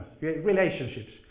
relationships